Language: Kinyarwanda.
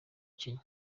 kenya